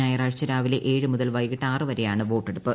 ഞായറാഴ്ച രാവിലെ ഏഴു മുതൽ വൈകിട്ട് ആറു വരെയാണ് വോട്ടെടുപ്പ്